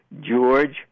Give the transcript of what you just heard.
George